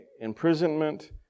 imprisonment